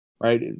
right